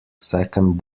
second